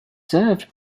served